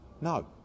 No